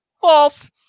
false